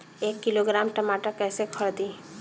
एक किलोग्राम टमाटर कैसे खरदी?